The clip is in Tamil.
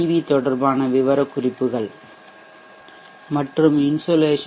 வி தொடர்பான விவரக்குறிப்புகள் மற்றும் இன்சோலேஷன்